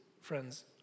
friends